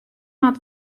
moat